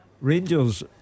Rangers